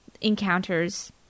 encounters